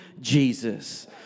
Jesus